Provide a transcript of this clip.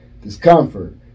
discomfort